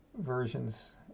versions